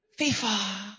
FIFA